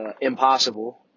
impossible